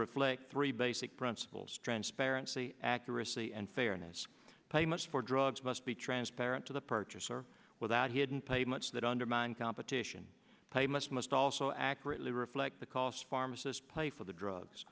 reflect three basic principles transparency accuracy and fairness payments for drugs must be transparent to the purchaser without hidden pay much that undermine competition pay must must also accurately reflect the costs pharmacists pay for the drugs